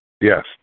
Yes